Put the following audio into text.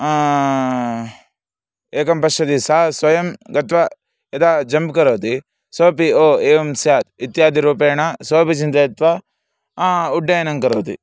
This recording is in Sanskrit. एकं पश्यति सः स्वयं गत्वा यदा जम्प् करोति सोपि ओ एवं स्यात् इत्यादिरूपेण सोपि चिन्तयित्वा उड्डयनं करोति